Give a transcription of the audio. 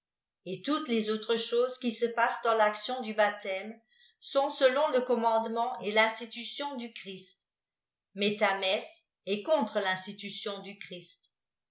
et toutes les autres choses qui se passent dans l'action du baptôme sont çelon le commandement et tinstitution du christ mais ta messe e t contre finstitution du christ